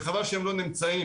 וחבל שהם לא נמצאים.